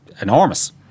enormous